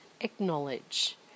acknowledge